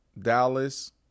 Dallas